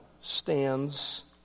stands